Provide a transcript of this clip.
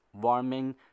warming